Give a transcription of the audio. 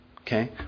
okay